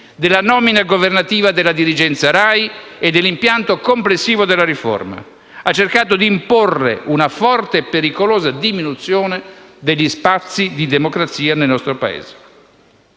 della nomina governativa della dirigenza RAI e dell'impianto complessivo della riforma, con cui si è cercato di imporre una forte e pericolosa diminuzione degli spazi di democrazia nel nostro Paese.